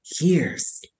years